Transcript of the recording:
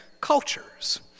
cultures